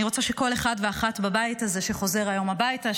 אני רוצה שכל אחד אחת בבית הזה שחוזר היום הביתה,